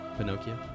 Pinocchio